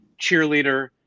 cheerleader